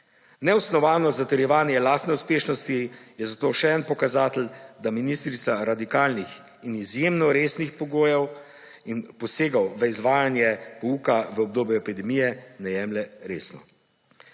Neosnovano zatrjevanje lastne uspešnosti je zato še en pokazatelj, da ministrica radikalnih in izjemno resnih pogojev in posegov v izvajanje pouka v obdobju epidemije ne jemlje resno.